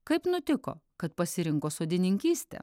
kaip nutiko kad pasirinko sodininkystę